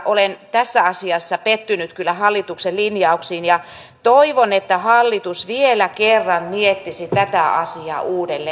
olen kyllä tässä asiassa pettynyt hallituksen linjauksiin ja toivon että hallitus vielä kerran miettisi tätä asiaa uudelleen